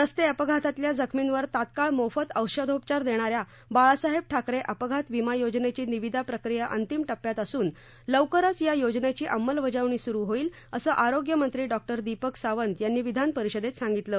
रस्ते अपघातातल्या जखमींवर तात्काळ मोफत औषधोपचार देणाऱ्या बाळासाहेब ठाकरे अपघात विमा योजनेची निविदा प्रक्रिया अंतिम टप्प्यात असून लवकरच या योजनेची अंमलबजावणी सुरू होईल असं आरोग्य मंत्री डॉ दीपक सावंत यांनी विधानपरिषदेत सांगितलं